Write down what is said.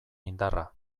indarra